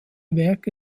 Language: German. werke